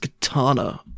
katana